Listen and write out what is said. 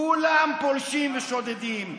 כולם פולשים ושודדים,